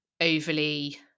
overly